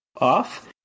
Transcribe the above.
off